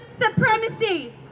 supremacy